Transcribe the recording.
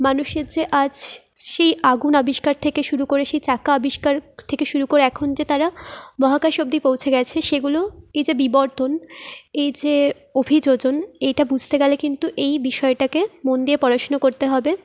মানুষের যে আজ সেই আগুন আবিষ্কার থেকে শুরু করে সেই চাকা আবিষ্কার থেকে শুরু করে এখন যে তারা মহাকাশ অব্দি পৌঁছে গেছে সেগুলো এই যে বিবর্তন এই যে অভিযোজন এইটা বুঝতে গেলে বিষয়টাকে মন দিয়ে পড়াশুনো করতে হবে